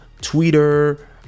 twitter